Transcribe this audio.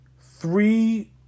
three